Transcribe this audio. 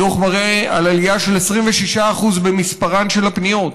הדוח מראה על עלייה של 26% במספרן של הפניות,